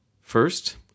First